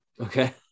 Okay